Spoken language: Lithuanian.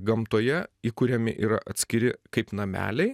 gamtoje įkuriami yra atskiri kaip nameliai